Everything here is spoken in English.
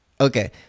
Okay